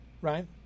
right